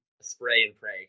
spray-and-pray